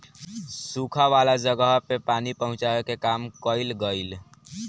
सुखा वाला जगह पे पानी पहुचावे के काम कइल गइल